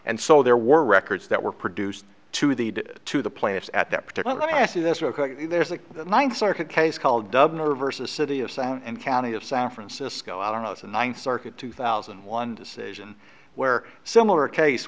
and so there were records that were produced to the to the plaintiffs at that particular let me ask you this there's a ninth circuit case called dubner versus city of san and county of san francisco i don't know the ninth circuit two thousand one decision where a similar case